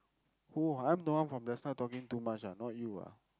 who I'm the one from the just now talking too much ah not you ah